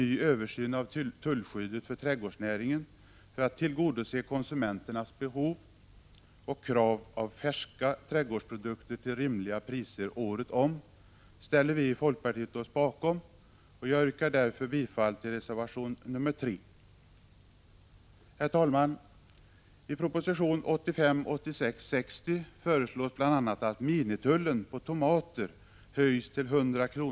1985 86:60 föreslås bl.a. att minimitullen för tomater höjs till 100 kr.